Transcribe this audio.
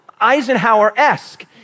Eisenhower-esque